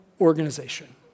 organization